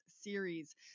series